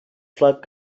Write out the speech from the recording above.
flag